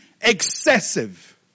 excessive